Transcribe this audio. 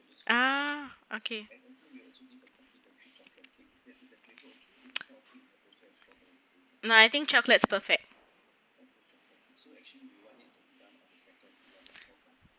ah okay nah I think chocolate is perfect